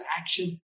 action